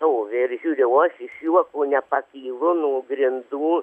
stovi ir žiūri o aš iš juoko nepakylu nuo grindų